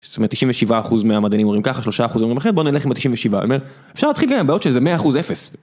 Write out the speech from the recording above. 97% מהמדענים אומרים ככה 3% אומרים אחרת בוא נלך עם 97% אני אאומר אפשר להתחיל עם הבעיות שזה 100% אפס